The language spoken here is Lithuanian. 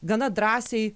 gana drąsiai